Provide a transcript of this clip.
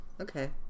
Okay